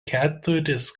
keturis